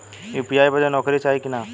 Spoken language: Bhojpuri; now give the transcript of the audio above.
यू.पी.आई बदे नौकरी चाही की ना?